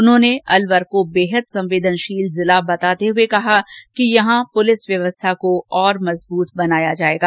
उन्होंने अलवर को बेहद संवेदनशील जिला बताते हुए कहा कि यहां पुलिस व्यवस्था को और भी मजबूत बनाया जायेगा